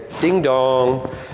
ding-dong